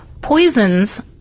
Poisons